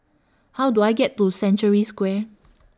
How Do I get to Century Square